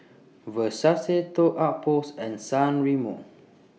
Versace Toy Outpost and San Remo